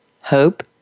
hope